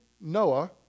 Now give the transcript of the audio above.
Noah